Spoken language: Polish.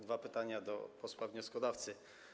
Dwa pytania do posła wnioskodawcy.